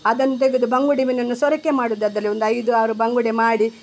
ಅದನ್ನು ತೆಗೆದು ಬಂಗುಡೆ ಮೀನನ್ನು ಸೊರಕೆ ಮಾಡೋದದ್ರಲ್ಲಿ ಒಂದು ಐದು ಆರು ಬಂಗುಡೆ ಮಾಡಿ